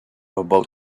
about